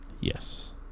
yes